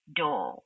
door